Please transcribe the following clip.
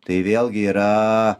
tai vėlgi yra